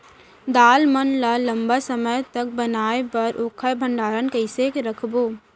दाल मन ल लम्बा समय तक बनाये बर ओखर भण्डारण कइसे रखबो?